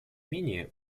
менее